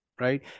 right